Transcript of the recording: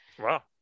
Wow